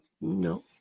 No